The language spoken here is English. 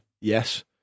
yes